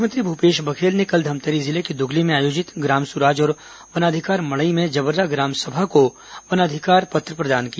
मुख्यमंत्री भूपेश बघेल ने कल धमतरी जिले के दुगली में आयोजित ग्राम सुराज और वनाधिकार मड़ई में जबर्रा ग्राम सभा को वनाधिकार पत्र प्रदान किया